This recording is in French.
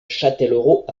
châtellerault